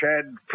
Chad